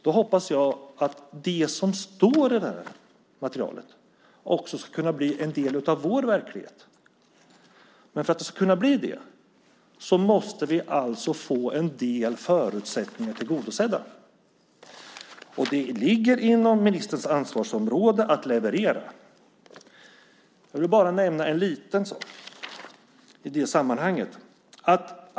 Jag hoppas att det som står i det här materialet kan bli en del av vår verklighet. För att det ska kunna bli det måste vi få en del förutsättningar tillgodosedda. Det ligger inom ministerns ansvarsområde att leverera. Jag vill nämna en sak i sammanhanget.